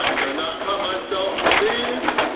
gonna not cut myself with these.